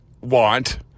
want